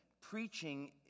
Preaching